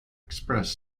express